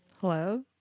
Hello